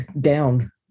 down